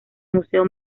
museo